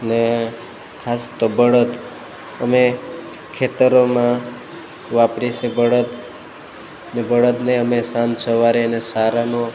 ને ખાસ તો બળદ અમે ખેતરોમાં વાપરીએ છીએ બળદ અને બળદને અમે સાંજ સવારે એને ચારાનો